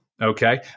Okay